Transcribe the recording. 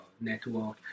network